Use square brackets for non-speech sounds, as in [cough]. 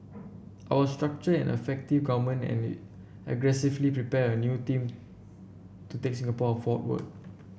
I was structure an effective government and [unintelligible] aggressively prepare a new team to take Singapore ford ward